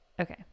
Okay